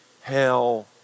hell